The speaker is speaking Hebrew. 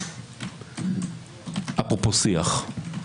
אפרופו שיח.